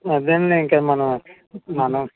అదేనండి ఇంకా మనం మనం